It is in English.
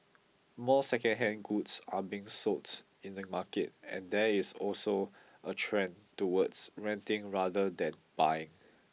more secondhand goods are being sold in the market and there is also a trend towards renting rather than buying